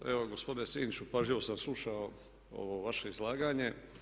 Pa evo gospodine Sinčiću, pažljivo sam slušao ovo vaše izlaganje.